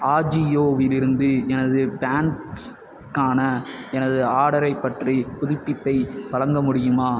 ஆஜியோவிலிருந்து எனது பேண்ட்ஸ்க்கான எனது ஆர்டரைப் பற்றி புதுப்பிப்பை வழங்க முடியுமா